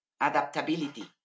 Adaptability